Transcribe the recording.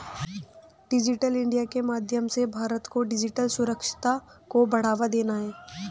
digital India के माध्यम से भारत को डिजिटल साक्षरता को बढ़ावा देना है